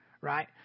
right